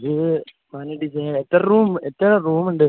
ഇത് പണിയെടുക്കാന് എത്ര റൂം എത്ര റൂമുണ്ട്